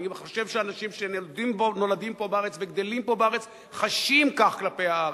אני חושב שאנשים שנולדים פה בארץ וגדלים פה בארץ חשים כך כלפי הארץ.